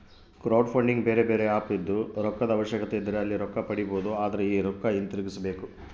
ಕ್ರೌಡ್ಫಂಡಿಗೆ ಬೇರೆಬೇರೆ ಆಪ್ ಇದ್ದು, ರೊಕ್ಕದ ಅವಶ್ಯಕತೆಯಿದ್ದರೆ ಅಲ್ಲಿ ರೊಕ್ಕ ಪಡಿಬೊದು, ಆದರೆ ಈ ರೊಕ್ಕ ಹಿಂತಿರುಗಿಸಬೇಕು